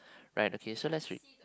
right okay so let's read